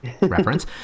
reference